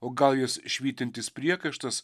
o gal jis švytintis priekaištas